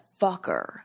fucker